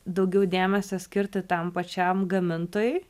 daugiau dėmesio skirti tam pačiam gamintojui